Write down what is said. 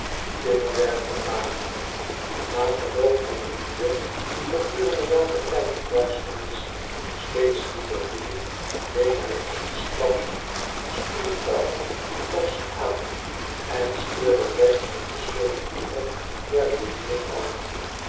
werven lagen na verloop van een uur gedurende welken tijd de duisternis steeds dieper viel greep hij eensklaps de stuurtouwen forscher aan en stuurde recht op den surrey oever der rivier aan